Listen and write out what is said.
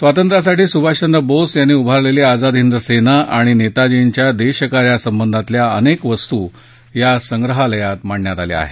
स्वातंत्र्यासाठी सुभाषचंद्र बोस यांनी उभारलेली आझाद हिंद सेना आणि नेताजींच्या देशकार्यासंबंधातल्या अनेक वस्तू या संग्रहालयात मांडण्यात आल्या आहेत